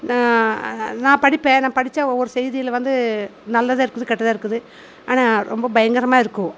நா நான் படிப்பேன் நான் படிச்சால் ஒவ்வொரு செய்திகள் வந்து நல்லதும் இருக்குது கெட்டதும் இருக்குது ஆனால் ரொம்ப பயங்கரமாக இருக்கும்